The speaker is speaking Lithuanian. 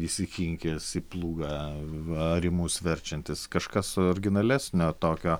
įsikinkęs į plūgą varymus verčiantis kažkas originalesnio tokio